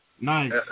Nice